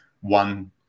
one